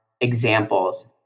examples